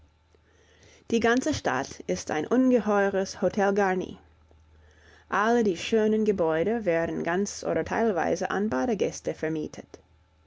die ganze stadt ist ein ungeheures hotel garni alle die schönen gebäude werden ganz oder teilweise an badegäste vermietet